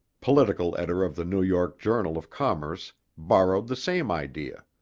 political editor of the new york journal of commerce borrowed the same idea.